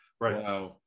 Right